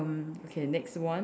okay next one